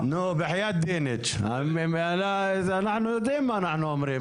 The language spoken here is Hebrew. אנחנו יודעים מה אנחנו אומרים.